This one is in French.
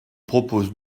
propose